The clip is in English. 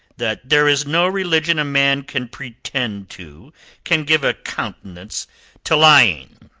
that there is no religion a man can pretend to can give a countenance to lying.